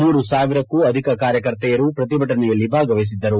ಮೂರು ಸಾವಿರಕ್ಕೂ ಅಧಿಕ ಕಾರ್ಯಕರ್ತೆಯರು ಪ್ರತಿಭಟನೆಯಲ್ಲಿ ಭಾಗವಹಿಸಿದ್ದರು